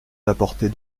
d’apporter